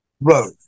road